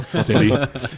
Cindy